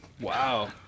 Wow